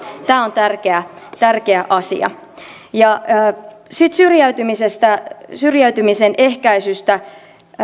tämä on tärkeä tärkeä asia sitten syrjäytymisestä syrjäytymisen ehkäisystä